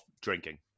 drinking